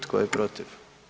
Tko je protiv?